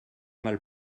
mal